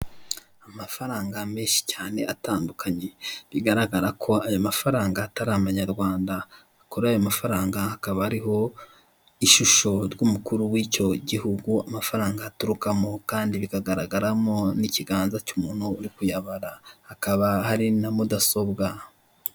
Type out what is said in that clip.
Amafaranga menshi cyane atandukanye bigaragara ko ayo mafaranga atari amanyarwanda, kuri ayo mafaranga hakaba hariho ishusho ry'umukuru w'igihugu amafaranga aturukamo kandi bikagaragaramo n'ikiganza cy'umuntu uri kuyabara hakaba hari na mudasobwa.